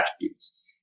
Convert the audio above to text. attributes